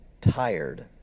tired